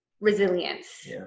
resilience